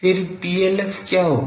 फिर PLF क्या होगा